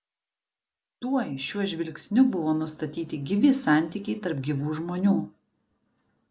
tuoj šiuo žvilgsniu buvo nustatyti gyvi santykiai tarp gyvų žmonių